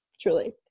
truly